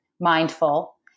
mindful